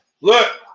look